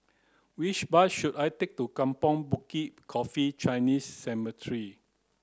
which bus should I take to Kampong Bukit Coffee Chinese Cemetery